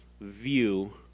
view